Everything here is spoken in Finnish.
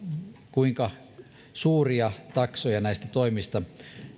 kuinka suuria taksoja näistä toimista